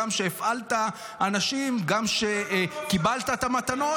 איך המצאת את Waze ושלחת את בנט בכלל לקחת קרדיט.